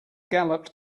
galloped